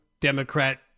Democrat